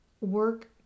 work